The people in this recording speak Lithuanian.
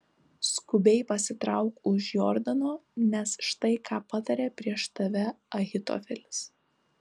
skubiai pasitrauk už jordano nes štai ką patarė prieš tave ahitofelis